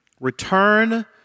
Return